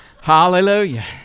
Hallelujah